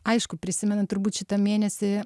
aišku prisimenat turbūt šitą mėnesį